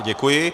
Děkuji.